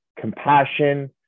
compassion